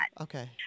Okay